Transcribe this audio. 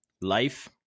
life